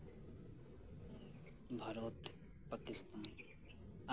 Bharat Pakistan